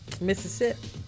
Mississippi